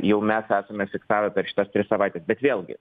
jau mes esame fiksavę per šitas tris savaites bet vėlgi